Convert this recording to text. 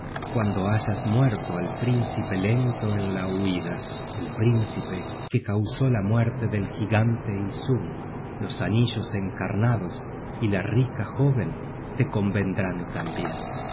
cuando hayas muerto al príncipe lento en la huida al príncipe que causó la muerte del gigante isung los anillos encarnados y la rica jóven te convendrán tambien